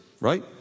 Right